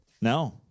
No